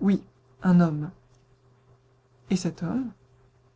oui un homme et cet homme